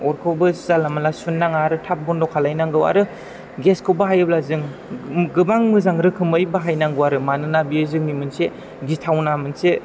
अरखौबो जानला मोनला सुनो नाङा आरो थाब बन्द' खालायनांगौ आरो गेस खौ बाहायोब्ला जों गोबां मोजां रोखोमै बाहायनांगौ आरो मानोना बे जोंनि मोनसे गिथावना मोनसे